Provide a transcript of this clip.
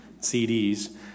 CDs